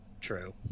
true